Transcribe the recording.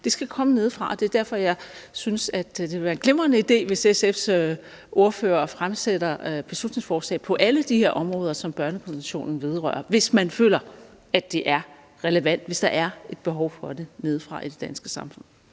Det skal komme nedefra, og det er derfor, jeg synes, at det ville være en glimrende idé, hvis SF's ordfører fremsatte beslutningsforslag på alle de her områder, som børnekonventionen vedrører – hvis man føler, at det er relevant, hvis der er et behov for det nedefra i det danske samfund.